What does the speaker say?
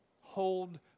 hold